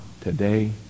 today